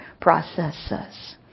processes